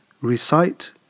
recite